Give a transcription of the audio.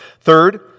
Third